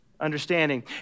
Understanding